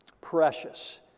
Precious